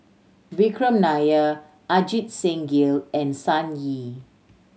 Vikram Nair Ajit Singh Gill and Sun Yee